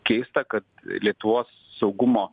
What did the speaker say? keista kad lietuvos saugumo